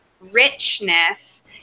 richness